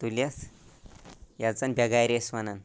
تُلِتھ یتھ زَن بیٚگارِ ٲسۍ وَنان